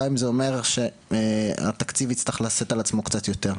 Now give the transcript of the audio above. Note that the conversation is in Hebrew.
גם אם זה אומר שהתקציב יצטרך לשאת על עצמו קצת יותר,